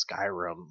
Skyrim